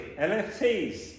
LFTs